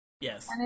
Yes